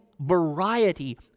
variety